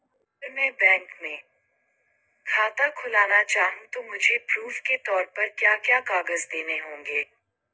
अगर मैं बैंक में खाता खुलाना चाहूं तो मुझे प्रूफ़ के तौर पर क्या क्या कागज़ देने होंगे?